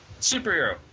superhero